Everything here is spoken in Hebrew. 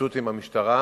התעמתות עם המשטרה